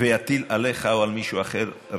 ואטיל עליך או על מישהו אחר רפש.